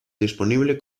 disponible